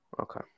Okay